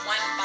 One